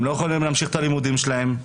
הם לא יכולים להמשיך את הלימודים שלהם,